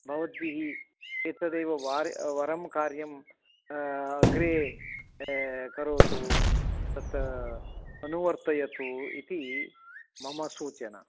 भवद्भिः एतदेव वरं वरं कार्यम् अग्रे करोतु तत् अनुवर्तयतु इति मम सूचना